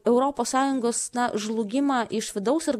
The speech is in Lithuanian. europos sąjungos na žlugimą iš vidaus ir